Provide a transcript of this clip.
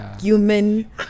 Human